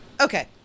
Okay